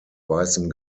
weißem